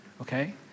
okay